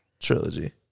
trilogy